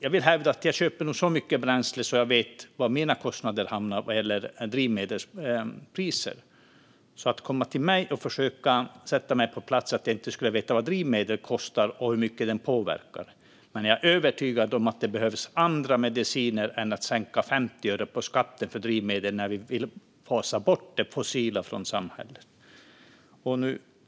Jag vill hävda att jag köper så mycket bränsle att jag vet var mina kostnader för drivmedel hamnar. Att försöka sätta mig på plats för att jag inte skulle veta vad drivmedel kostar och hur mycket det påverkar går inte. Jag är övertygad om att det behövs andra mediciner än att sänka skatten för drivmedel med 50 öre när vi vill fasa ut det fossila från samhället.